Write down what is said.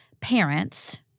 parents